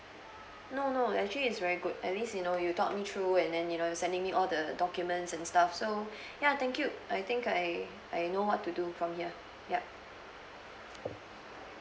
no no actually it's very good at least you know you taught me through and then you know sending me all the documents and stuff so ya thank you I think I I know what to do from here ya